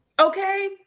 Okay